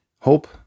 hope